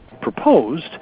proposed